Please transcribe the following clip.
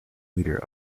leader